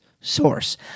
source